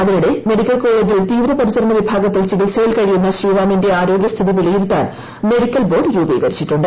അതിനിടെ മെഡിക്കൽകോളേജിൽ തീവ്രപരിചരണ വിഭാഗത്തിൽ ചികിത്സയിൽ കഴിയുന്ന ശ്രീ റാമിന്റെ ആരോഗൃസ്ഥിതി വിലയിരുത്താൻ മെഡിക്കൽബോർഡ് രൂപീകരിച്ചിട്ടുണ്ട്